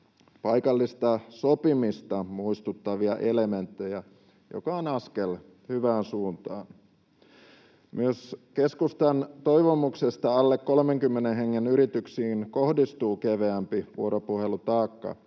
paikallista sopimista muistuttavia elementtejä, mikä on askel hyvään suuntaan. Myös keskustan toivomuksesta alle 30 hengen yrityksiin kohdistuu keveämpi vuoropuhelutaakka